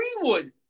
Greenwood